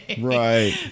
right